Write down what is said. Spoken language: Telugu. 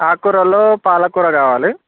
ఆకుకూరలో పాలకూర కావాలి